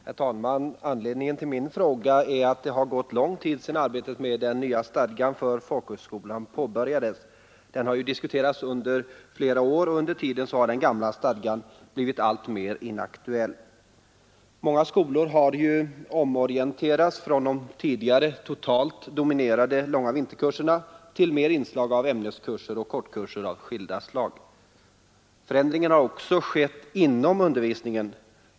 Herr talman! Anledningen till min fråga är att det har gått lång tid sedan arbetet med den nya stadgan för folkhögskolan påbörjades. Den har diskuterats under flera år, och under tiden har den gamla stadgan blivit alltmer inaktuell. Många skolor har omorienterats från de tidigare totalt dominerande långa vinterkurserna till mer av ämneskurser och kortkurser av olika slag. Förändring har också skett inom undervisningen.